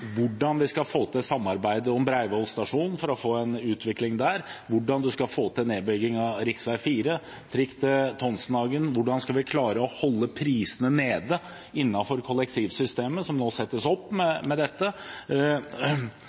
hvordan vi skal få til et samarbeid om Breivoll stasjon, for å få en utvikling der, hvordan vi skal få til nedbygging av rv. 4 og trikk til Tonsenhagen, hvordan vi innenfor kollektivsystemet skal klare å holde prisene nede – de settes opp med dette